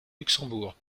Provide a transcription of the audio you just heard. luxembourg